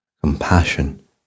compassion